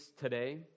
today